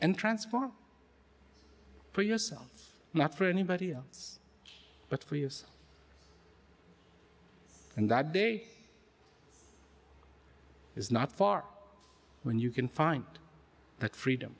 and transform for yourself not for anybody else but for us and that big is not far when you can find that freedom